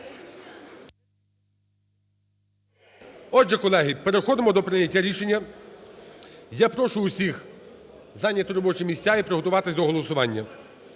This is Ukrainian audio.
Отже, колеги, переходимо до прийняття рішення. Я прошу усіх зайняти робочі місця і приготуватись до голосування.